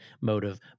motive